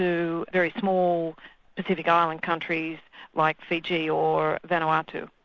to very small pacific island countries like fiji or vanuatu.